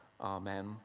amen